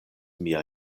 mia